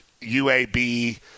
UAB